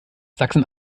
sachsen